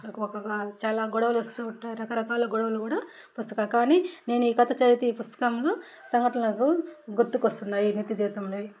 ఒకొక చాలా గొడవలు వస్తూ ఉంటాయి రకరకాల గొడవలు కూడా వస్తాయి కానీ నేను కథ చదివితే ఈ పుస్తకాన్ని సంఘటనలు నాకు గుర్తుకొస్తున్నాయి నిత్య జీవితంలోవి